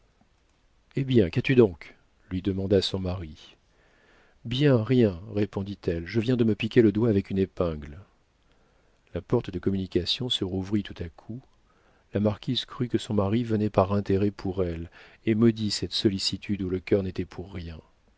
eh bien qu'as-tu donc lui demanda son mari rien rien répondit-elle je viens de me piquer le doigt avec une épingle la porte de communication se rouvrit tout à coup la marquise crut que son mari venait par intérêt pour elle et maudit cette sollicitude où le cœur n'était pour rien